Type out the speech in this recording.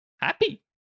happy